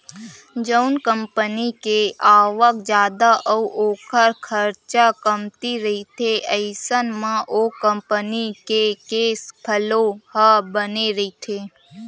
जउन कंपनी के आवक जादा अउ ओखर खरचा कमती रहिथे अइसन म ओ कंपनी के केस फ्लो ह बने रहिथे